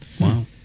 Wow